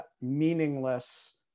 meaningless